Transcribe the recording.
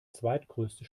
zweitgrößte